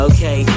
Okay